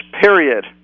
Period